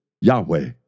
Yahweh